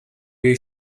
jej